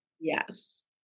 yes